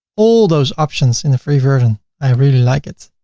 all those options in the free version i really like it.